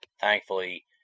Thankfully